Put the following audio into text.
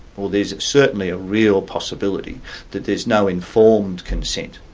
or there's certainly a real possibility that there's no informed consent.